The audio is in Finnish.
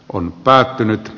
on päätynyt